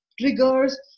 triggers